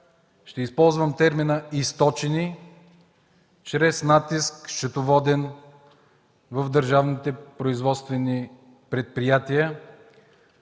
ще използвам термина „източени” чрез счетоводен натиск в държавните производствени предприятия,